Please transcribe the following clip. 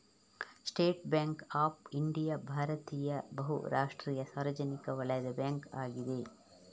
state Bank of India ಭಾರತೀಯ ಬಹು ರಾಷ್ಟ್ರೀಯ ಸಾರ್ವಜನಿಕ ವಲಯದ ಬ್ಯಾಂಕ್ ಅಗಿದೆ